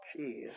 Jeez